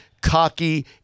cocky